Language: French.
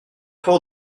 fort